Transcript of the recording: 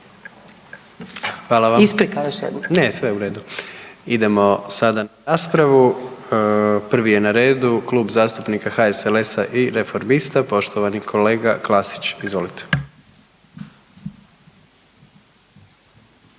Gordan (HDZ)** Ne, sve je u redu. Idemo sada na raspravu, prvi je na redu Klub zastupnika HSLS-a i Reformista, poštovani kolega Klasić, izvolite.